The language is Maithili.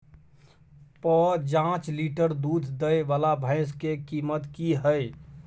प जॉंच लीटर दूध दैय वाला भैंस के कीमत की हय?